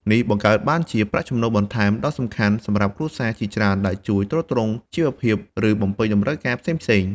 នេះបង្កើតបានជាប្រាក់ចំណូលបន្ថែមដ៏សំខាន់សម្រាប់គ្រួសារជាច្រើន ដែលជួយទ្រទ្រង់ជីវភាព ឬបំពេញតម្រូវការផ្សេងៗ។